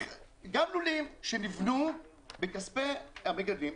גם לולים שנבנו בכספי המגדלים,